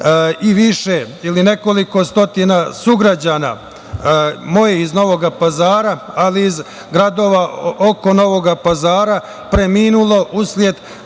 i više ili nekoliko stotina sugrađana mojih iz Novog Pazara, ali i iz gradova oko Novog Pazara preminulo usled